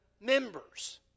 members